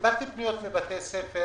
קיבלתי פניות מבתי ספר